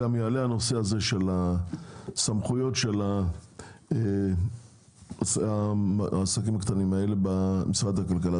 יעלה גם הנושא של סמכויות הסוכנות לעסקים קטנים במשרד הכלכלה.